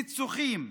פיצוחים,